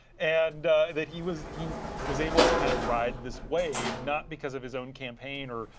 and that he was he was able to kind of ride this wave not because of his own campaign or,